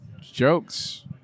jokes